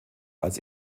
als